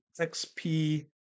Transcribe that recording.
XP